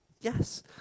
Yes